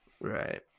Right